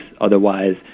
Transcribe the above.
Otherwise